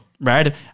right